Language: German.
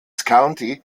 county